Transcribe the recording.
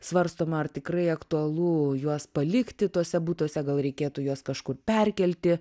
svarstoma ar tikrai aktualu juos palikti tuose butuose gal reikėtų juos kažkur perkelti